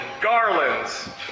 garlands